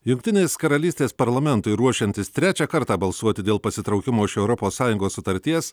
jungtinės karalystės parlamentui ruošiantis trečią kartą balsuoti dėl pasitraukimo iš europos sąjungos sutarties